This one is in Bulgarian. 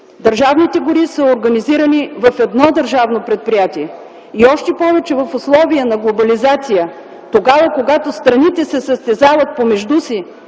държавните гори са организирани в едно държавно предприятие. Още повече в условията на глобализация тогава, когато страните се състезават помежду си,